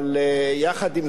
יחד עם זאת,